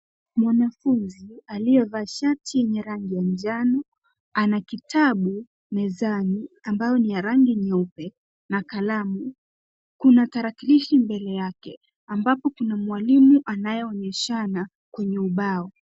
Mwanafunzi aliyevaa shati enye rangi ya njano, ana kitabu mezani ambao ni ya rangi nyeupe na kalamu. Kuna tarakilishi mbele yake ambapo kuna mwalimu anayeonyeshana kwenye ubao